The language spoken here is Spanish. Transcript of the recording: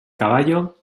caballo